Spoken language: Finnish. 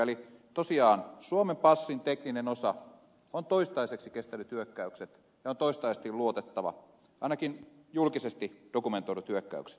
eli tosiaan suomen passin tekninen osa on toistaiseksi kestänyt hyökkäykset ainakin julkisesti dokumentoidut hyökkäykset ja on toistaiseksi luotettava